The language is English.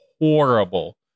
horrible